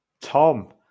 tom